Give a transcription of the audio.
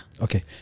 Okay